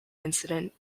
incident